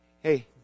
hey